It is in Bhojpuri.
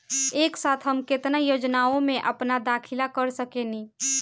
एक साथ हम केतना योजनाओ में अपना दाखिला कर सकेनी?